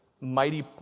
mighty